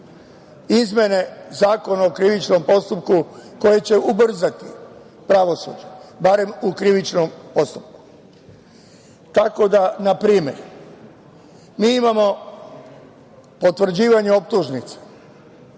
izmene Zakona o krivičnom postupku koje će ubrzati pravosuđe, barem u krivičnom postupku, tako da na primer mi imamo potvrđivanje optužnice